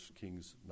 Kings